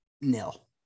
nil